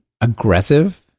aggressive